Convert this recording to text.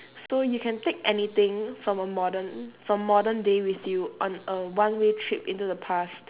so you can take anything from a modern from modern day with you on a one way trip into the past